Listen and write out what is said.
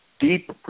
deep